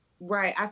Right